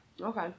Okay